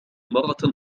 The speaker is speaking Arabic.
مرة